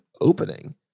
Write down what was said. opening